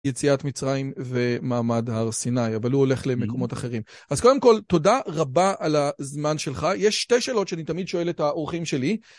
יציאת מצרים ומעמד הר סיני אבל הוא הולך למקומות אחרים אז קודם כל תודה רבה על הזמן שלך יש שתי שאלות שאני תמיד שואל את האורחים שלי.